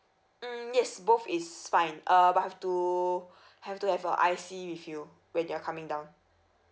mm yes both is fine uh but have to have to have a I_C with you when you're coming down